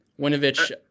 Winovich